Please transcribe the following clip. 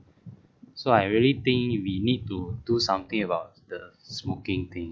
so I really think we need to do something about the smoking thing